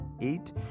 eight